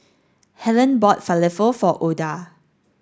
Hellen bought Falafel for Oda